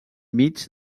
mig